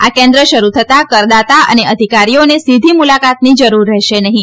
આ કેન્દ્ર શરૂ થતા કરદાતા અને અધિકારીઓને સીધી મુલાકાતની જરૂર રહેશે નહીં